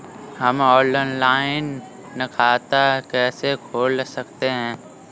हम ऑनलाइन खाता कैसे खोल सकते हैं?